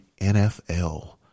NFL